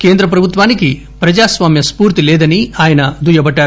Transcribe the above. కేంద్ర ప్రభుత్వానికి ప్రజాస్వామ్య స్పూర్తి లేదని ఆయన దుయ్యబట్టారు